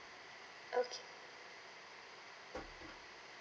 okay